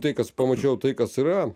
tai kas pamačiau tai kas yra